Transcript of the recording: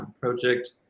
project